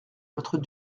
notre